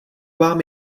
vám